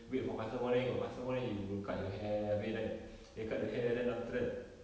wait about customer then you got customer then you will cut your hair wait then cut their hair then after that